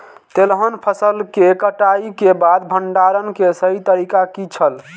तेलहन फसल के कटाई के बाद भंडारण के सही तरीका की छल?